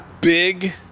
big